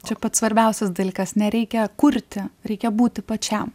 čia pats svarbiausias dalykas nereikia kurti reikia būti pačiam